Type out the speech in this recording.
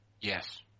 Yes